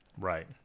Right